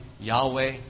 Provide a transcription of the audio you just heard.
Yahweh